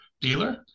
Dealer